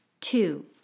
Two